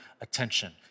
attention